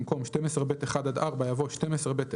במקום "12(ב)(1) עד (4)" יבוא "12(ב)(1)